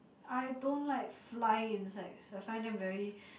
I don't like flying insects I find them very